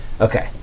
Okay